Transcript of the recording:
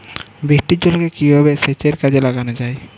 বৃষ্টির জলকে কিভাবে সেচের কাজে লাগানো য়ায়?